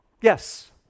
yes